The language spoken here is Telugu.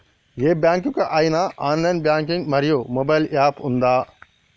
ఏ బ్యాంక్ కి ఐనా ఆన్ లైన్ బ్యాంకింగ్ మరియు మొబైల్ యాప్ ఉందా?